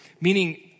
Meaning